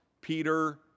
Peter